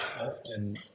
often